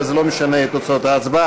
אבל זה לא משנה את תוצאות ההצבעה.